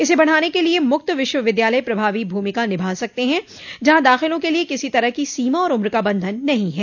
इसे बढ़ाने के लिये मुक्त विश्वविद्यालय प्रभावी भूमिका निभा सकते हैं जहां दाखिलों के लिये किसी तरह की सीमा और उम्र का बंधन नहीं है